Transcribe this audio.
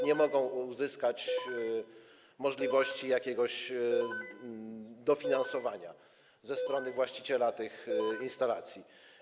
Nie mogą uzyskać możliwości jakiegoś dofinansowania ze strony właściciela tych instalacji.